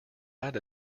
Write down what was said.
add